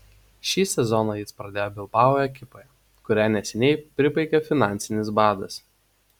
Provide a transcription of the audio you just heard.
šį sezoną jis pradėjo bilbao ekipoje kurią neseniai pribaigė finansinis badas